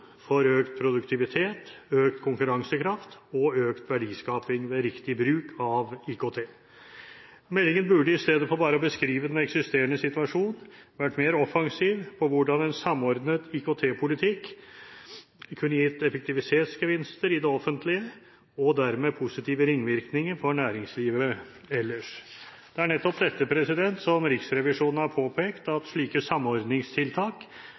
innovasjon, økt produktivitet, økt konkurransekraft og økt verdiskaping ved riktig bruk av IKT. Meldingen burde istedenfor bare å beskrive den eksisterende situasjonen, vært mer offensiv for hvordan en samordnet IKT-politikk kunne gitt effektiviseringsgevinster i det offentlige og dermed positive ringvirkninger for næringslivet ellers. Det er nettopp dette Riksrevisjonen har påpekt. Slike samordningstiltak